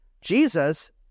jesus